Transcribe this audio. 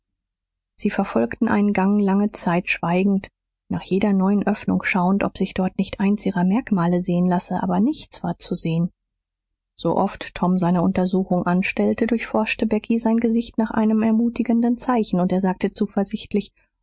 sie verfolgten einen gang lange zeit schweigend nach jeder neuen öffnung schauend ob sich dort nicht eins ihrer merkmale sehen lasse aber nichts war zu sehen so oft tom seine untersuchung anstellte durchforschte becky sein gesicht nach einem ermutigenden zeichen und er sagte zuversichtlich